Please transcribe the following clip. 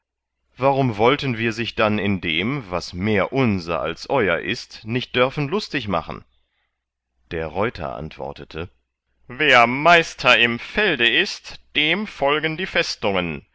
warum wollten wir sich dann in dem was mehr unser als euer ist nicht dörfen lustig machen der reuter antwortete wer meister im felde ist dem folgen die festungen